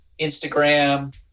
Instagram